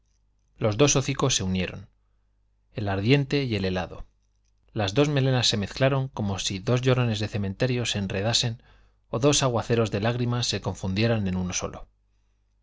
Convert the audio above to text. se quedó hocicos se unieron el ardiente y el helado las dos si dos llorones de cemen melenas se ezclaron como terio se enredasen ó dos aguaceros de lágrimas se confundieran en uno solo